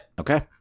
okay